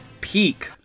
peak